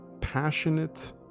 passionate